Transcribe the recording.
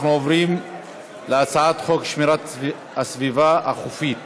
אנחנו עוברים להצעת חוק שמירת הסביבה החופית (תיקון,